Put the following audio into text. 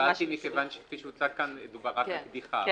שאלתי מכיוון שכשהוצג כאן דובר רק על קדיחה,